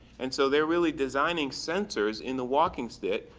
and so they're really designing sensors in the walking stick,